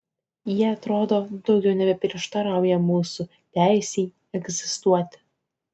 jie atrodo daugiau nebeprieštarauja mūsų teisei egzistuoti